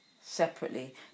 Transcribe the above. separately